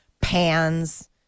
pans